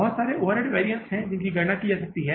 बहुत सारे overhead variance हैं जिनकी गणना की जा सकती है